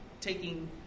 Taking